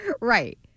Right